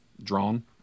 drawn